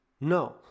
No